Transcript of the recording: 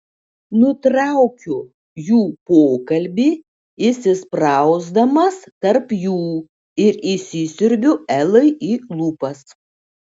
nutraukiu jų pokalbį įsisprausdamas tarp jų ir įsisiurbiu elai į lūpas